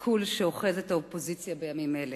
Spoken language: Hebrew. בתסכול שאוחז את האופוזיציה בימים אלה.